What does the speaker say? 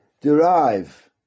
derive